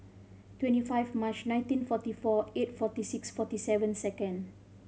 twenty five March nineteen forty four eight forty six forty seven second